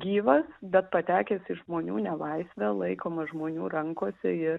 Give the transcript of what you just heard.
gyvas bet patekęs į žmonių nelaisvę laikomas žmonių rankose ir